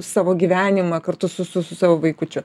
savo gyvenimą kartu su su savo vaikučiu